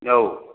औ